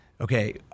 okay